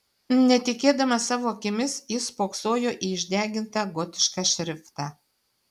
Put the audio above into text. netikėdamas savo akimis jis spoksojo į išdegintą gotišką šriftą